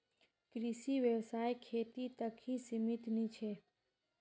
कृषि व्यवसाय खेती तक ही सीमित नी छे